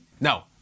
No